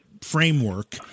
framework